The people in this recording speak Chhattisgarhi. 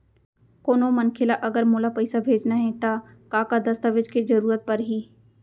कोनो मनखे ला अगर मोला पइसा भेजना हे ता का का दस्तावेज के जरूरत परही??